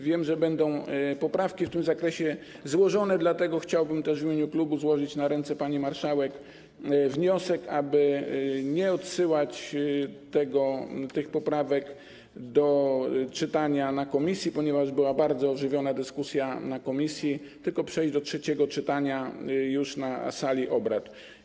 Wiem, że będą poprawki w tym zakresie złożone, dlatego chciałbym też w imieniu klubu złożyć na ręce pani marszałek wniosek, aby nie odsyłać tych poprawek do czytania na posiedzeniu komisji, ponieważ była bardzo ożywiona dyskusja w komisji, tylko przejść do trzeciego czytania już na sali obrad.